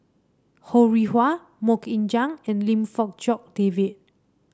Ho Rih Hwa MoK Ying Jang and Lim Fong Jock David